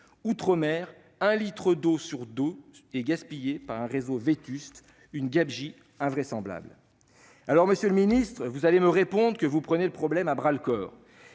insoumise, un litre d'eau sur deux est gaspillé, outre-mer, dans un réseau vétuste- gabegie invraisemblable !... Monsieur le ministre, vous allez me répondre que vous prenez le problème à bras-le-corps.